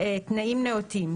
תנאים נאותים8.